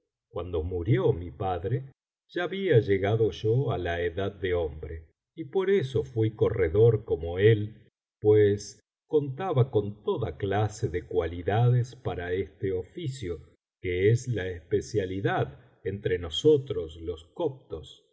cuando murió mi padre ya había llegado yo á la edad de hombre y por eso fui corredor como él pues contaba con toda clase de cualidades para este oficio que es la especialidad entre nosotros los coptos